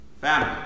Family